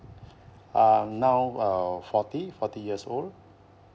um now uh forty forty years old